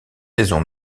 saison